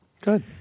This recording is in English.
Good